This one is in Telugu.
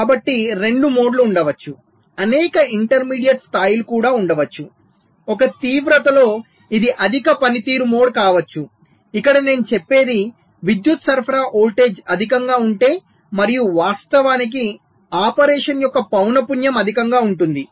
కాబట్టి రెండు మోడ్లు ఉండవచ్చు అనేక ఇంటర్మీడియట్ స్థాయిలు కూడా ఉండవచ్చు ఒక తీవ్రతలో ఇది అధిక పనితీరు మోడ్ కావచ్చు ఇక్కడ నేను చెప్పేది విద్యుత్ సరఫరా వోల్టేజ్ అధికంగా ఉంటె మరియు వాస్తవానికి ఆపరేషన్ యొక్క పౌనపున్యం అధికంగా ఉంటుంది